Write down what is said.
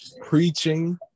preaching